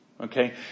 okay